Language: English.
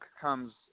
comes